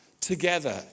together